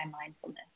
mindfulness